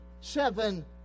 seven